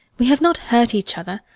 we have not hurt each other.